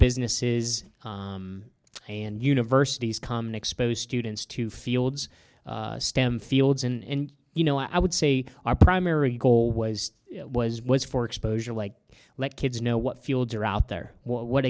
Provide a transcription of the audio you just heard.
businesses and universities common expose students to fields stem fields and you know i would say our primary goal was was was for exposure like let kids know what fields are out there what